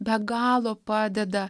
be galo padeda